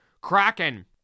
Kraken